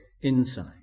inside